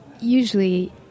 usually